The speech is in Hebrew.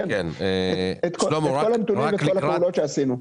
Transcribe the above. נעביר לכם את כל הנתונים וכל הפעולות שעשינו.